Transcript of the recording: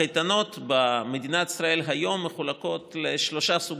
הקייטנות במדינת ישראל היום מחולקות לשלושה סוגים: